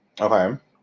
Okay